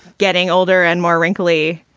getting older and more wrinkly,